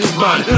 man